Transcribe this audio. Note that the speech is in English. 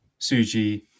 Suji